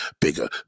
bigger